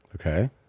okay